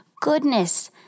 goodness